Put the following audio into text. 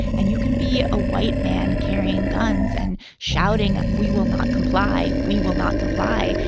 and you can be a white man carrying guns and shouting, we will not comply. we will not comply.